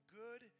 good